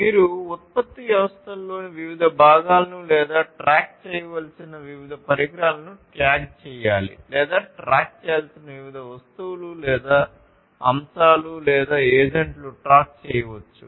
మీరు ఉత్పత్తి వ్యవస్థలోని వివిధ భాగాలను లేదా ట్రాక్ చేయవలసిన వివిధ పరికరాలను ట్యాగ్ చేయాలి లేదా ట్రాక్ చేయాల్సిన వివిధ వస్తువులు లేదా అంశాలు లేదా ఏజెంట్లు ట్రాక్ చేయవచ్చు